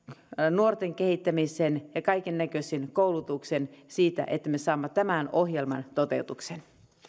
nuorten kehittämiseen ja kaikennäköiseen koulutukseen siten että me saamme tämän ohjelman toteutukseen